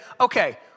okay